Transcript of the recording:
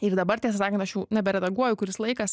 ir dabar tiesą sakant aš jau nebereaguoju kuris laikas